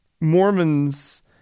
Mormons